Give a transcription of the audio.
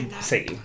see